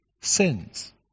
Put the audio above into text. sins